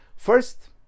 First